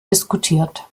diskutiert